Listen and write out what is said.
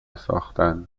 ساختن